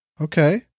Okay